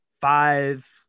five